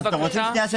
בבקשה, רועי.